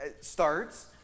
starts